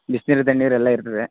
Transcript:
ಬಿಸಿನೀರು ತಣ್ಣೀರು ಎಲ್ಲಾ ಇರ್ತದೆ